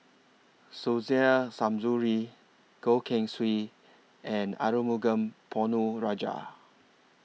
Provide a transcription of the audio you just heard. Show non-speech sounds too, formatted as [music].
Suzairhe [unintelligible] Goh Keng Swee and Arumugam Ponnu Rajah